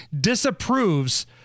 disapproves